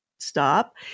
stop